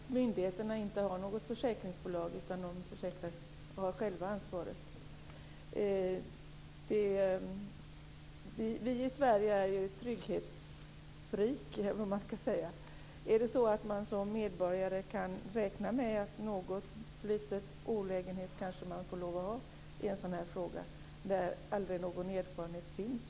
Fru talman! Nu har ju myndigheterna inte något försäkringsbolag, utan de har själva ansvaret. Vi i Sverige är ju trygghets-freaks, kan man säga. Är det kanske så att man som medborgare får räkna med att ha någon liten olägenhet i en sådan här fråga, där ingen tidigare erfarenhet finns?